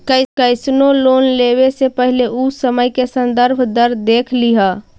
कइसनो लोन लेवे से पहिले उ समय के संदर्भ दर देख लिहऽ